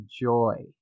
joy